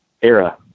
era